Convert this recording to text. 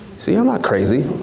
see i'm not crazy.